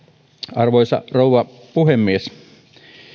arvoisa rouva puhemies